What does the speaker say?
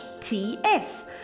TS